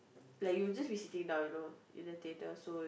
like you just be sitting down you know in the theaters so